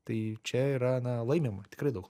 tai čia yra na laimima tikrai daug